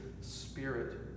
spirit